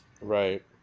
Right